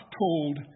told